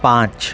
પાંચ